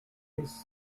his